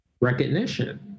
recognition